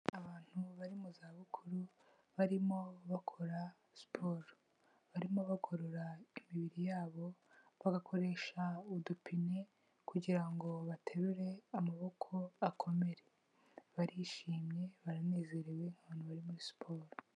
Abantu bari mu zabukuru barimo bakora siporo, barimo bagorora imibiri yabo bagakoresha udupine kugira ngo baterure amaboko akomere, barishimye baranezerewe abantu bari muri siporo.